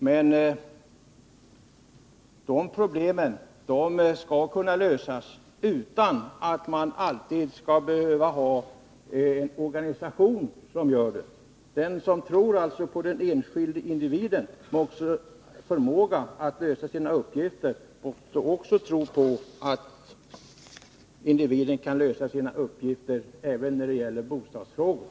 Men problemen skall kunna lösas utan att det alltid skall behöva vara en organisation som gör det. Den som tror på den enskilde individens förmåga att lösa sina uppgifter måste också tro på att individen kan lösa sina uppgifter när det gäller bostadsfrågorna.